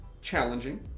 challenging